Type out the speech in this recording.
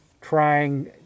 trying